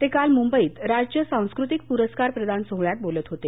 ते काल मुंबईत राज्य सांस्कृतिक पुरस्कार प्रदान सोहळ्यात बोलत होते